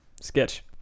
Sketch